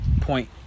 point